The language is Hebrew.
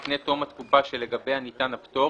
לפני תום התקופה שלגביה ניתן הפטור,